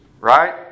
right